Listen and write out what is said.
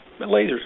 lasers